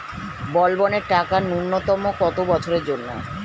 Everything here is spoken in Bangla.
বলবনের টাকা ন্যূনতম কত বছরের জন্য?